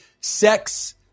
sex